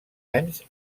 anys